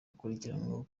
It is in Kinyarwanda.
ukurikiranyweho